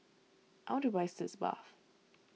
I want to buy Sitz Bath